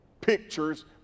pictures